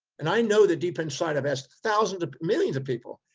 and i know that deep inside of us, thousands of, millions of people,